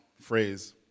phrase